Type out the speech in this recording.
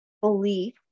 belief